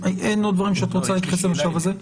אם אין עוד דברים שאת רוצה להתייחס אליהם בשלב הזה,